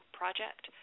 project